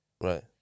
Right